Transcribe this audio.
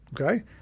Okay